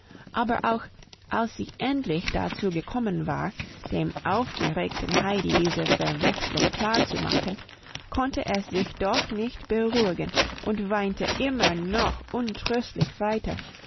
aber auch als sie endlich dazu gekommen war dem aufgeregten heidi diese verwechslung klar zu machen konnte es sich doch nicht beruhigen und weinte immer noch untröstlich weiter